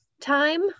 time